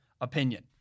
opinion